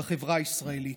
בחברה הישראלית.